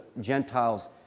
Gentiles